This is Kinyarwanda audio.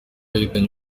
yahitanye